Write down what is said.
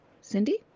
cindy